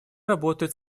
работает